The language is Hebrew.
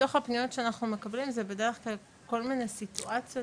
מתוך הפניות שאנחנו מקבלים זה בדרך כלל כל מיני סיטואציות